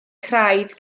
craidd